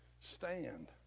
stand